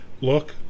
look